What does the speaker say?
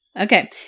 Okay